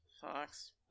Fox